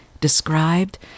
described